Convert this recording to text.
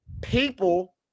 people